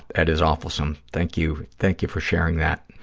that is awfulsome. thank you, thank you for sharing that.